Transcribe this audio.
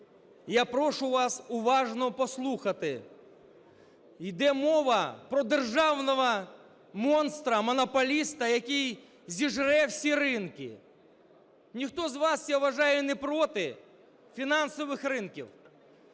Я прошу вас уважно послухати. Іде мова про державного монстра, монополіста, який зжере всі ринки. Ніхто з вас, я вважаю, не проти фінансових ринків.